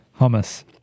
hummus